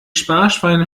sparschweine